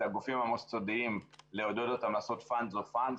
לעודד את הגופים המוסדיים לעשות fund of funds,